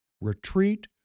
Retreat